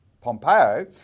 Pompeo